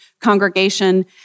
Congregation